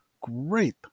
great